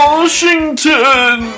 Washington